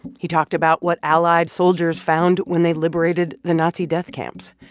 he talked about what allied soldiers found when they liberated the nazi death camps.